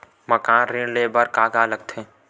मकान ऋण ले बर का का लगथे?